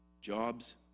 Jobs